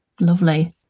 lovely